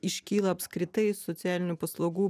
iškyla apskritai socialinių paslaugų